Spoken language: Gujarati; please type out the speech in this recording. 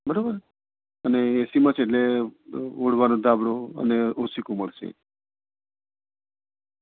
બરાબર અને એસીમાં છે એટલે ઓઢવાનું ધાબળો ને ઓશીકું મળશે